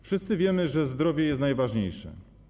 Wszyscy wiemy, że zdrowie jest najważniejsze.